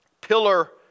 pillar